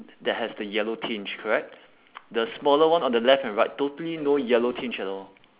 that has the yellow tinge correct the smaller one on the left and right totally no yellow tinge at all